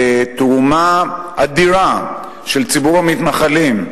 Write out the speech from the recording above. בתרומה אדירה של ציבור המתנחלים,